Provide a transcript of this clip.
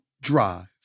Drive